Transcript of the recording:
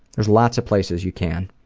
there's lots of places you can.